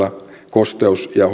kosteus ja